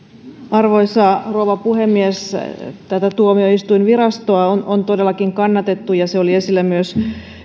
arvoisa rouva puhemies tätä tuomioistuinvirastoa on todellakin kannatettu ja se oli esillä myös